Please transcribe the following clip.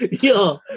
Yo